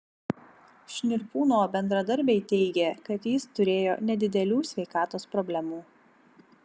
šnirpūno bendradarbiai teigė kad jis turėjo nedidelių sveikatos problemų